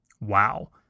Wow